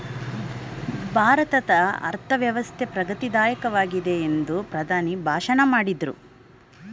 ಭಾರತದ ಅರ್ಥವ್ಯವಸ್ಥೆ ಪ್ರಗತಿ ದಾಯಕವಾಗಿದೆ ಎಂದು ಪ್ರಧಾನಿ ಭಾಷಣ ಮಾಡಿದ್ರು